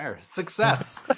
success